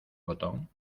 botón